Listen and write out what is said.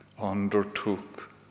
undertook